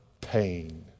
pain